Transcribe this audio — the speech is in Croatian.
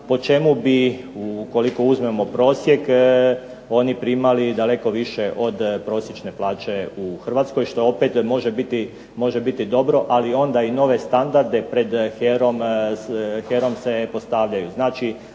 po čemu bi, ukoliko uzmemo prosjek oni primali daleko više od prosječne plaće u Hrvatskoj što opet može biti dobro ali onda i nove standarde pred HERA-om se postavljaju.